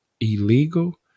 illegal